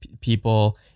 people